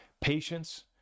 Patience